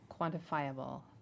quantifiable